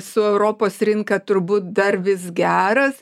su europos rinka turbūt dar vis geras